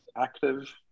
active